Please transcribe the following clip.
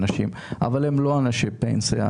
אבל הם לא אנשי פנסיה,